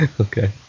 Okay